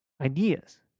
ideas